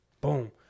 Boom